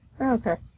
okay